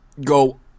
go